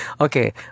Okay